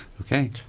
Okay